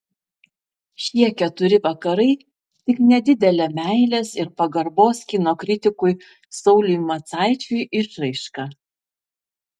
šie keturi vakarai tik nedidelė meilės ir pagarbos kino kritikui sauliui macaičiui išraiška